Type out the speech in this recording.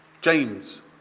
James